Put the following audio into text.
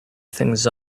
things